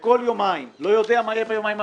כל יומיים לא יודע מה יהיה ביומיים הבאים,